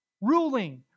Ruling